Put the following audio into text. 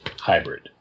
Hybrid